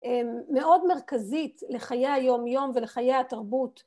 מאוד מרכזית לחיי היומיום ולחיי התרבות.